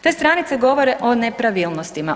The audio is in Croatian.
Te stranice govore o nepravilnostima.